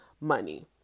money